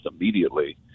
immediately